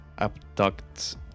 abduct